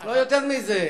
לא יותר מזה.